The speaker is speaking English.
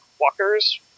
walkers